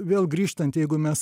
vėl grįžtanti jeigu mes